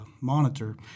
monitor